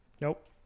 Nope